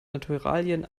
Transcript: naturalien